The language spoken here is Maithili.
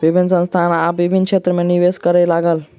विभिन्न संस्थान आब विभिन्न क्षेत्र में निवेश करअ लागल